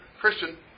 Christian